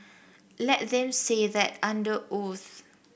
let them say that under oath